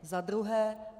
A za druhé.